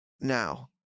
now